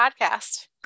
podcast